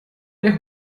der